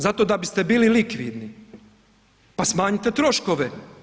Zato da biste bili likvidni, pa smanjite troškove.